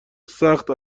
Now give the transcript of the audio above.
سخت